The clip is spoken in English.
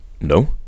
No